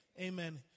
amen